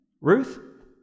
Ruth